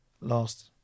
last